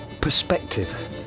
Perspective